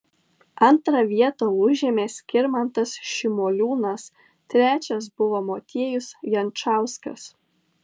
antrą vietą užėmė skirmantas šimoliūnas trečias buvo motiejus jančauskas